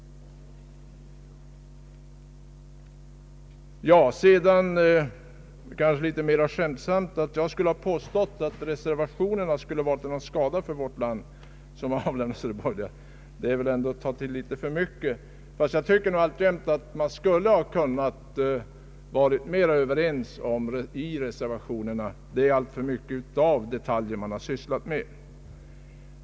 Det sades, kanske litet mera skämtsamt, att jag skulle ha påstått att de reservationer som avlämnats av de borgerliga skulle vara till skada för vårt land. Det vore väl ändå att ta till litet för mycket. Men jag tycker alltjämt att man skulle ha kunnat vara mera överens i reservationerna. Det är alltför mycket av detaljer som man sysslat med.